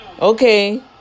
Okay